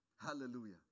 Hallelujah